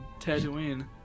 Tatooine